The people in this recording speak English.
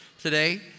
today